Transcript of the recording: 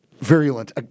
virulent